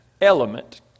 element